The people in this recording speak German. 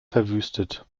verwüstet